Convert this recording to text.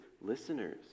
listeners